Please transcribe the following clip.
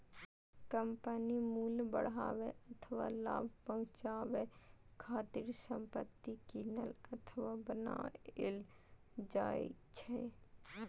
कंपनीक मूल्य बढ़ाबै अथवा लाभ पहुंचाबै खातिर संपत्ति कीनल अथवा बनाएल जाइ छै